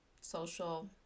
social